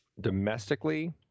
domestically